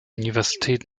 universität